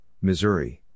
Missouri